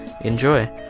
Enjoy